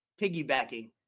Piggybacking